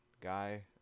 guy